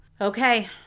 Okay